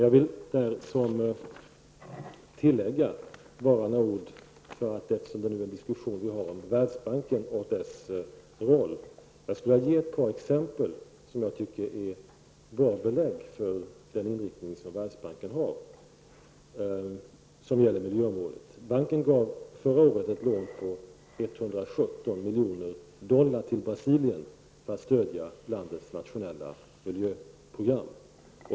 Jag vill tillägga ett par ord, eftersom vi fört en diskussion om Världsbanken och dess roll. Jag vill ge ett par exempel som ger bra belägg för den inriktning som Världsbanken har på miljöområdet. Banken gav förra året ett lån på 117 miljoner dollar till Brasilien för att stödja landets nationella miljöprogram.